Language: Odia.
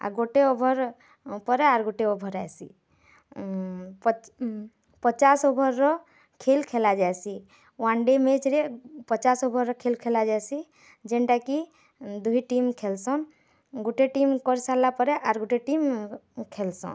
ଆର୍ ଗୋଟେ ଓଭର୍ ପରେ ଆର୍ ଗୋଟେ ଓଭର୍ ଆଇସି ପଚାଶ୍ ଓଭର୍ର ଖେଲ୍ ଖେଲାଯାଏସି ୱାଣ୍ଡେ ମ୍ୟାଚ୍ରେ ପଚାଶ୍ ଓଭର୍ର ଖେଲ୍ ଖେଲା ଯାଏସି ଯେନ୍ତା କି ଦୁଇଟି ଟିମ୍ ଖେଲ୍ ସନ୍ ଗୋଟେ ଟିମ୍ କରିସାରିଲା ପରେ ଆର୍ ଗୋଟେ ଟିମ୍ ଖେଲ୍ସନ୍